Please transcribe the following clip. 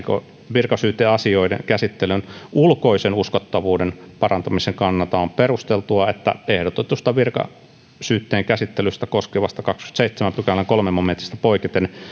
virkasyyteasioiden käsittelyn ulkoisen uskottavuuden parantamisen kannalta on perusteltua että ehdotetusta virkasyytteen käsittelyä koskevasta kahdeskymmenesseitsemäs pykälä kolmannesta momentista poiketen